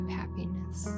happiness